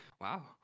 Wow